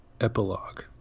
epilogue